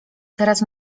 teraz